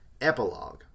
Epilogue